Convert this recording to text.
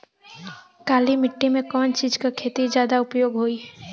काली माटी में कवन चीज़ के खेती ज्यादा उपयोगी होयी?